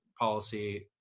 policy